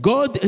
God